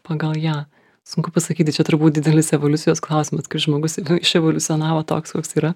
pagal ją sunku pasakyti čia turbūt didelis evoliucijos klausimas žmogus iševoliucionavo toks koks yra